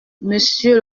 monsieur